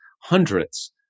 hundreds